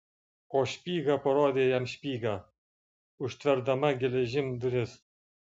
o špyga parodė jam špygą užtverdama geležim duris